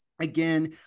Again